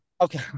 Okay